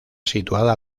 situada